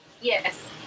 Yes